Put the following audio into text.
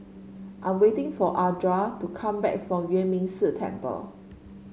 I'm waiting for Ardath to come back from Yuan Ming Si Temple